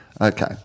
okay